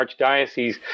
archdiocese